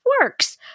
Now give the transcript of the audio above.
works